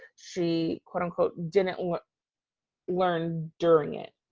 she quote unquote, didn't learn learn during it.